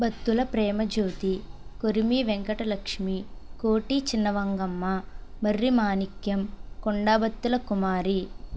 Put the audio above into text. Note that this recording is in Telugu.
బత్తుల ప్రేమ జ్యోతి కొరిమి వెంకటలక్ష్మి కోటి చిన్న మంగమ్మ మర్రి మాణిక్యం కొండా బత్తుల కుమారి